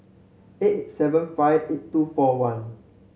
eight eight seven five eight two four one